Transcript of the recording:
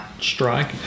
strike